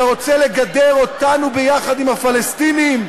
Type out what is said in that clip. אתה רוצה לגדר אותנו ביחד עם הפלסטינים?